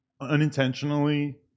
unintentionally